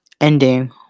ending